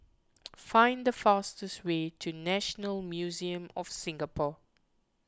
find the fastest way to National Museum of Singapore